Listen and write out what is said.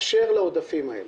באשר לעודפים האלה,